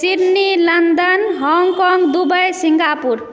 Sydney London Hong Kong Dubai Singapore